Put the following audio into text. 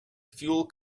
fuel